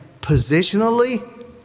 positionally